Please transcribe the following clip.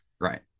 Right